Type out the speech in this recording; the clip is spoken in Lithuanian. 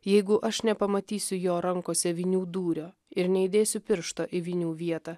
jeigu aš nepamatysiu jo rankose vinių dūrio ir neįdėsiu piršto į vinių vietą